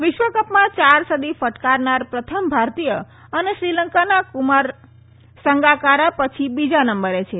વિશ્વકપમાં ચાર સદી ફટકારનાર પ્રથમ ભારતીય અને શ્રીલંકાના કુમાર સંગાકારા પછી બીજા નંબરે છે